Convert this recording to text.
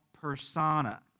persona